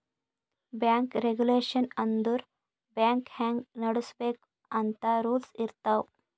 bank regulation ಅಂದುರ್ bank ಹ್ಯಾಂಗ್ ನಡುಸ್ಬೇಕ್ ಅಂತ್ ರೂಲ್ಸ್ ಇರ್ತಾವ್